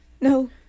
no